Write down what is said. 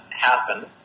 happen